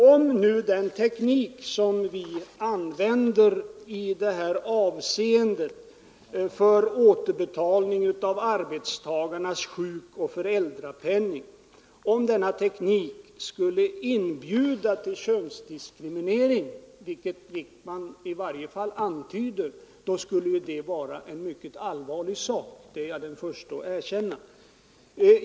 Om nu den teknik som vi använder för återbetalning av arbetstagarnas sjukoch föräldrapenning skulle inbjuda till könsdiskriminering, vilket herr Wijkman i varje fall antyder, vore det en mycket allvarlig sak — det är jag den förste att erkänna.